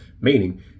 meaning